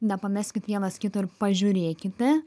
nepameskit vienas kito ir pažiūrėkite